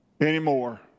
anymore